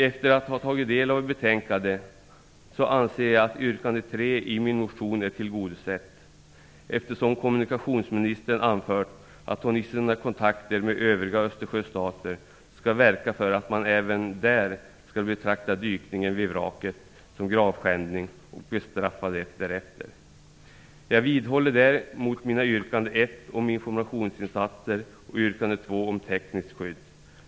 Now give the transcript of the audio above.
Efter att ha tagit del av betänkandet anser jag att yrkande 3 i min motion är tillgodosett, eftersom kommunikationsministern anför att hon i sina kontakter med övriga Östersjöstater skall verka för att man även där skall betrakta dykning vid vraket som gravskändning och bestraffa det därefter. Jag vidhåller däremot mitt yrkande 1 om informationsinsatser och yrkande 2 om tekniskt skydd.